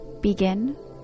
Begin